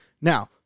now